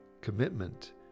commitment